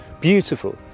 beautiful